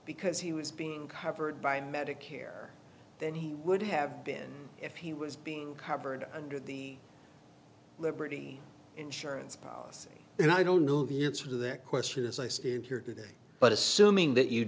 because he was being covered by medicare than he would have been if he was being covered under the liberty insurance policy and i don't know the answer to that question as i stand here today but assuming that you